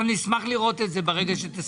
אנחנו נשמח לראות את זה, ברגע שתסיים.